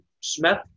Smith